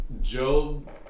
Job